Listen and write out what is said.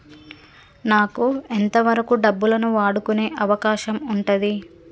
నాకు ఎంత వరకు డబ్బులను వాడుకునే అవకాశం ఉంటది?